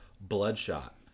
Bloodshot